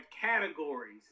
categories